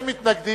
מי נגד?